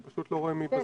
אני פשוט לא רואה מי בזום.